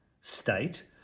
state